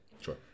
Sure